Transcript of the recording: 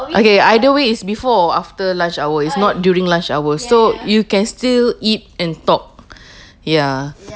okay either way is before or after lunch hour it's not during lunch hour so you can still eat and talk ya